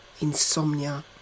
insomnia